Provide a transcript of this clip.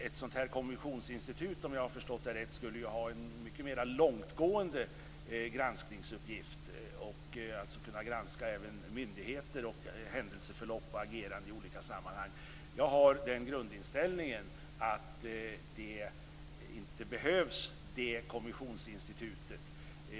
Ett sådant här kommissionsinstitut, om jag har förstått det rätt, skulle ju ha en mycket mera långtgående granskningsuppgift och alltså kunna granska även myndigheter, händelseförlopp och ageranden i olika sammanhang. Jag har den grundinställningen att det kommissionsinstitutet inte behövs.